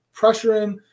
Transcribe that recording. pressuring